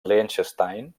liechtenstein